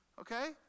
Okay